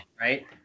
right